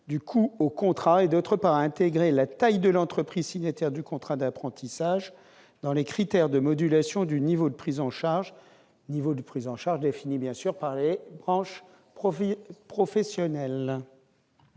du coût au contrat et, d'autre part, à intégrer la taille de l'entreprise signataire du contrat d'apprentissage dans les critères de modulation du niveau de prise en charge défini par les branches professionnelles.